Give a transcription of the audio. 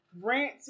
Rent